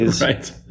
Right